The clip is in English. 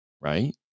right